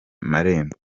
marembo